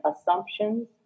assumptions